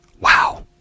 Wow